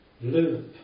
live